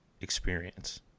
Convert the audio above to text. experience